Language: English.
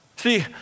See